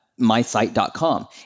mysite.com